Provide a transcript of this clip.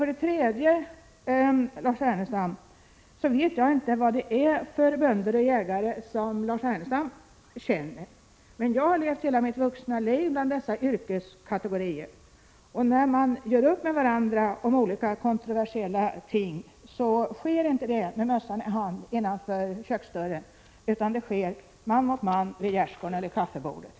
För det tredje vet jag inte vad det är för bönder och jägare som Lars Ernestam känner, men jag har levt hela mitt vuxna liv bland dessa yrkeskategorier, och när de gör upp med varandra om olika kontroversiella ting sker inte det med mössan i hand innanför köksdörren, utan det skerman = Prot. 1986/87:113 mot man vid gärdsgården eller kaffebordet.